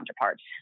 counterparts